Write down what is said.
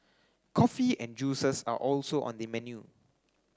coffee and juices are also on the menu